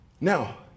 Now